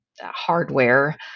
hardware